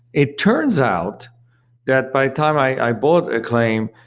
it turns out that by time i bought acclaim,